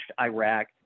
Iraq